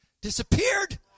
disappeared